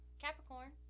Capricorn